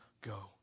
go